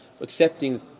accepting